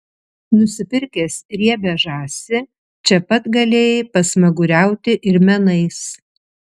nusipirkęs riebią žąsį čia pat galėjai pasmaguriauti ir menais